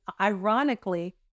ironically